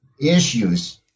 issues